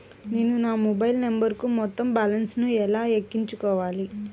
నేను నా మొబైల్ నంబరుకు మొత్తం బాలన్స్ ను ఎలా ఎక్కించుకోవాలి?